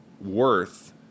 worth